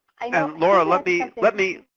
i know laura, let me, and let me,